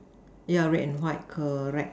yeah red and white correct